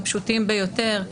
הפשוטים ביותר.